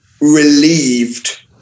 relieved